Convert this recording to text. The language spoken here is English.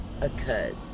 occurs